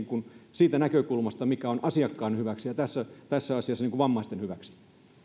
siitä näkökulmasta mikä on asiakkaan hyväksi ja tässä tässä asiassa vammaisten hyväksi